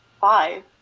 five